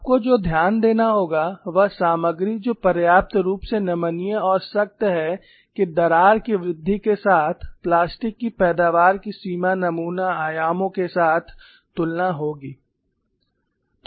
आपको जो ध्यान देना होगा वह सामग्री जो पर्याप्त रूप से नमनीय और सख्त है कि दरार की वृद्धि के साथ प्लास्टिक की पैदावार की सीमा नमूना आयामों के साथ तुलना होगी